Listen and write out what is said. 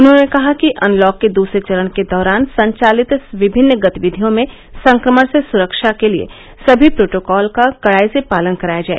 उन्होंने कहा कि अनलॉक के दूसरे चरण के दौरान संचालित विभिन्न गतिविधियों में संक्रमण से सुरक्षा के लिए सभी प्रोटोकॉल का कडाई से पालन कराया जाए